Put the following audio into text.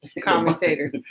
commentator